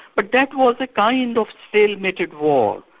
but that was the kind of stalemated war,